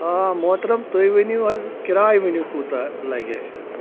آ موٚحتَرم توے وٕنِو حظ کِراے وٕنِو کوٗتا لَگہِ اسہِ اَتھ